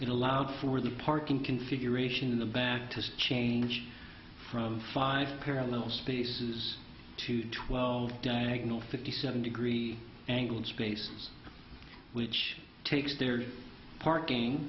it allowed for the parking configuration in the back to change from five parallel spaces to twelve diagonal fifty seven degree angle space which takes their parking